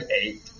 eight